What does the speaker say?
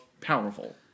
powerful